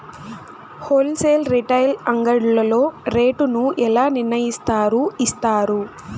Whole sale retail అంగడ్లలో rate ను ఎలా నిర్ణయిస్తారు యిస్తారు?